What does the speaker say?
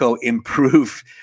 improve